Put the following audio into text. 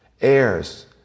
heirs